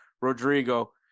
Rodrigo